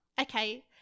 Okay